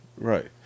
Right